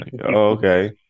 Okay